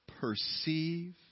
Perceive